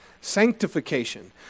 Sanctification